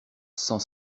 cent